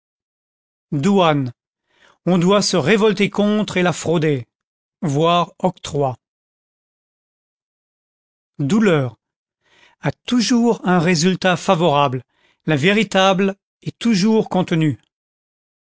douane on doit se révolter contre et la frauder v octroi douleur a toujours un résultat favorable la véritable est toujours contenue